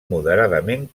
moderadament